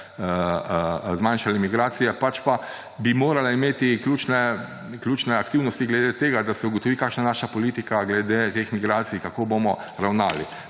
zmanjšale migracije. Pač pa bi morala imeti ključne aktivnosti glede tega, da se ugotovi, kakšna je naša politika glede teh migracij, kako bomo ravnali.